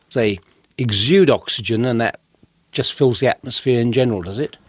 they exude oxygen, and that just fills the atmosphere in general, does it?